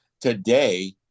Today